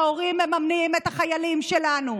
ההורים מממנים את החיילים שלנו,